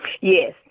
Yes